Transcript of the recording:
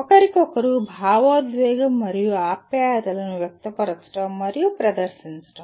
ఒకరికొకరు భావోద్వేగం మరియు ఆప్యాయతలను వ్యక్తపరచడం మరియు ప్రదర్శించడం